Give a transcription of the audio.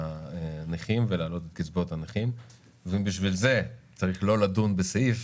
הנכים ולהעלות את קצבאות הנכים ואם בשביל זה צריך לא לדון בסעיף,